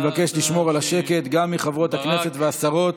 מבקש לשמור על השקט גם מחברות הכנסת והשרות.